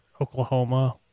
Oklahoma